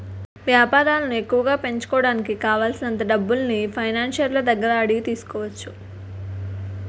వేపారాలను ఎక్కువగా పెంచుకోడానికి కావాలిసినంత డబ్బుల్ని ఫైనాన్సర్ల దగ్గర అడిగి తీసుకోవచ్చు